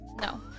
No